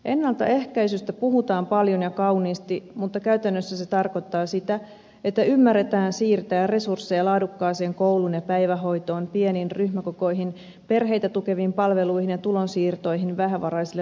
ennaltaehkäisystä puhutaan paljon ja kauniisti mutta käytännössä se tarkoittaa sitä että ymmärretään siirtää resursseja laadukkaaseen kouluun ja päivähoitoon pieniin ryhmäkokoihin perheitä tukeviin palveluihin ja tulonsiirtoihin vähävaraisille lapsiperheille